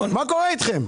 מה קורה אתכם?